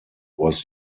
was